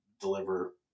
deliver